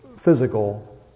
physical